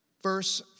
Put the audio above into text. Verse